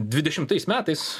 dvidešimtais metais